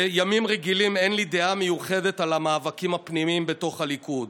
בימים רגילים אין לי דעה מיוחדת על המאבקים הפנימיים בתוך הליכוד,